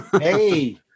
Hey